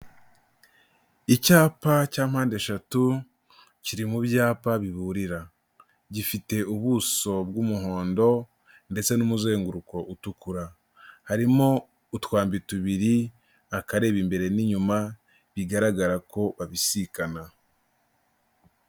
Icyapa cya mpande eshatu kiri mu byapa biburira, gifite ubuso bw'umuhondo ndetse n'umuzenguruko utukura, harimo utwambi tubiri akareba imbere n'inyuma bigaragara ko babisikana.